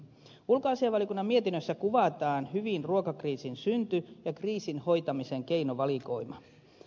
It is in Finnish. ulkoasiainvaliokunnan mietinnössä kuvataan hyvin ruokakriisin synty ja kriisin hoitamisen keinovalikoima